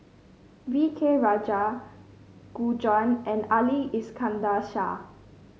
V K Rajah Gu Juan and Ali Iskandar Shah